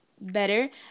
better